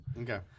Okay